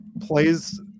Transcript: plays